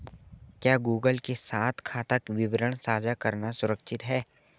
क्या गूगल के साथ खाता विवरण साझा करना सुरक्षित है?